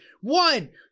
One